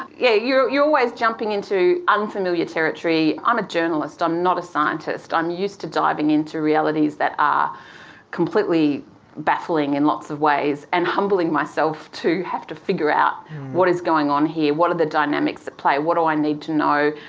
yeah you you are always jumping into unfamiliar territory. i'm um a journalist, i'm not a scientist, i'm used to diving into realities that are completely baffling in lots of ways and humbling myself to have to figure out what is going on here, what are the dynamics at play, what do i need to know,